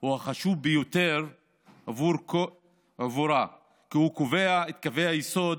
הוא החשוב ביותר עבורה, כי הוא קובע את קווי היסוד